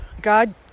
God